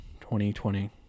2020